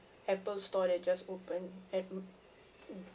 apple store that just opened at bu~